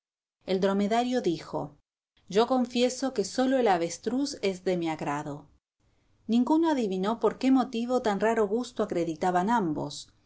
el dromedario dijo yo confieso que solo el avestruz es de mi agrado ninguno adivinó por qué motivo tan raro gusto acreditaban ambos